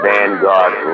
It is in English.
Vanguard